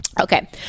Okay